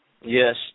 yes